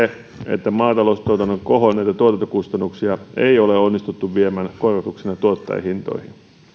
että maataloustuotannon kohonneita tuotantokustannuksia ei ole onnistuttu viemään korotuksina tuottajahintoihin